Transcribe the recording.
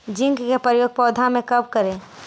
Zinc के प्रयोग पौधा मे कब करे?